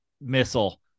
missile